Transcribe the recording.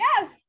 yes